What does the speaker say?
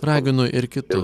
raginu ir kitus